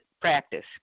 practice